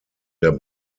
der